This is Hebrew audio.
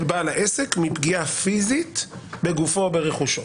בעל העסק מפגיעה פיזית בגופו או ברכושו.